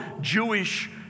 Jewish